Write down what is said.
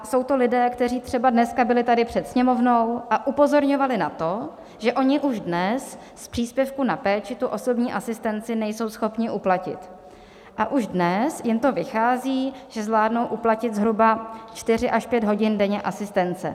Jsou to lidé, kteří třeba dneska byli tady před Sněmovnou a upozorňovali na to, že oni už dnes z příspěvku na péči tu osobní asistenci nejsou schopni uplatit a už dnes jim to vychází, že zvládnou uplatit zhruba 4 až 5 hodin denně asistence.